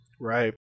Right